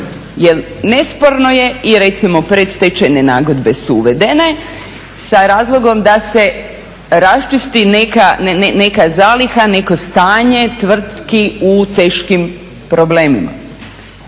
Jer nesporno je i recimo predstečajne nagodbe su uvedene sa razlogom da se raščisti neka zaliha, neko stanje tvrtki u teškim problemima.